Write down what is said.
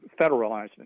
federalizing